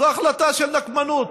זוהי החלטה של נקמנות